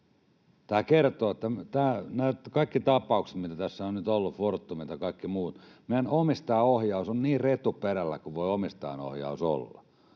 toimittajalta. Nämä kaikki tapaukset, mitä tässä nyt on ollut — fortumit ja kaikki muut — kertovat, että meidän omistajaohjaus on niin retuperällä kuin voi omistajaohjaus olla.